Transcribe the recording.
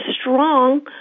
strong